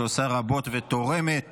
שעושה רבות ותורמת